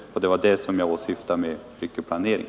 Det var det som jag åsyftade med ”ryckig planering”.